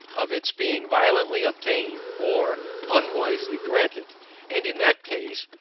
of its being violently obtained, or unwisely granted and in that case,